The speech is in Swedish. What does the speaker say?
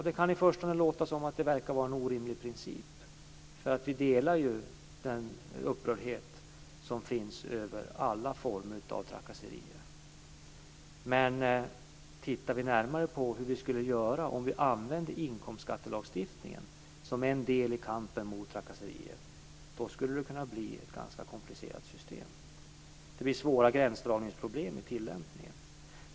Det kan i förstone verka som en orimlig princip. Vi delar ju den upprördhet som finns över alla former av trakasserier. Men tittar vi närmare på hur vi skulle göra om vi använde inkomstskattelagstiftningen som en del i kampen mot trakasserier, skulle vi upptäcka att det kunde bli ett ganska komplicerat system. Det blir svåra gränsdragningsproblem i tillämpningen.